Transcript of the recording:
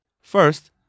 First